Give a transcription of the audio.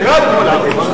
רק בגלל חופש הדיבור.